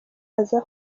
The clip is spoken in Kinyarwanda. aza